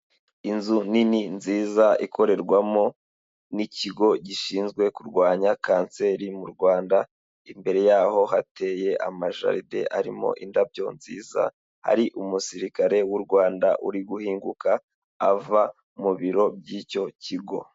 Inzu nini nziza ikorerwamo n'ikigo gishinzwe kurwanya kanseri mu Rwanda, imbere y'aho hateye amajaride arimo indabyo nziza, hari umusirikare w'u Rwanda uri guhinguka ava mu biro by'icyo kigo.